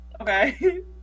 Okay